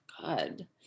God